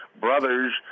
brothers